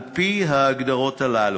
על-פי ההגדרות האלה: